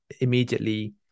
immediately